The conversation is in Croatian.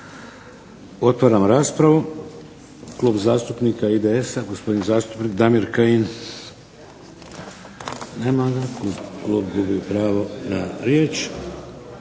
Otvaram raspravu. Klub zastupnika IDS-a, gospodin zastupnik Damir Kajin. Nema ga. Klub gubi pravo na riječ.